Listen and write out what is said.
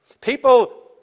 People